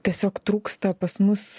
tiesiog trūksta pas mus